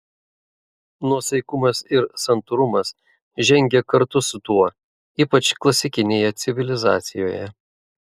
nuosaikumas ir santūrumas žengė kartu su tuo ypač klasikinėje civilizacijoje